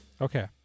Okay